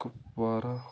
Kupwara